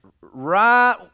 right